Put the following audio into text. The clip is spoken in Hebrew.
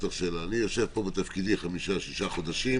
אני יושב פה בתפקידי חמישה-שישה חודשים